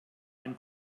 ein